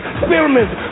experiments